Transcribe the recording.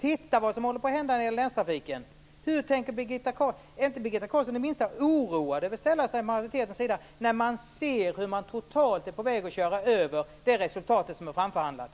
Titta på vad som håller på att hända när det gäller Länstrafiken. Är inte Birgitta Carlsson det minsta oroad över att ställa sig på majoritetens sida, när hon ser hur man är på väg att totalt köra över det resultat som är framförhandlat?